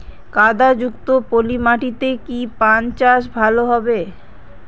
কাদা যুক্ত পলি মাটিতে কি পান চাষ ভালো হবে?